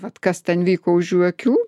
vat kas ten vyko už jų akių